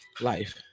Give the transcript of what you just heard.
Life